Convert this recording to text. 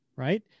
right